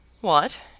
What